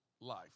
life